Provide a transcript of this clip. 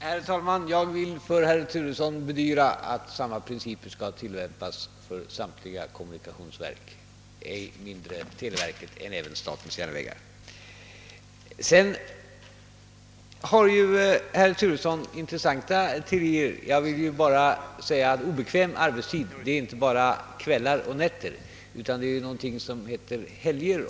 Herr talman! Jag vill bedyra herr Turesson att samma principer skall tilllämpas för samtliga kommunikationsverk, ej mindre televerket än även statens järnvägar. Herr Turesson har verkligen intressanta teorier. Obekväm arbetstid är t.ex. inte bara kvällar och nätter. Vi har också någonting som heter helger.